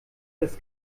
des